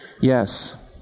Yes